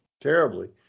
terribly